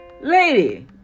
Lady